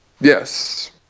Yes